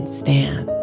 stand